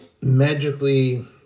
magically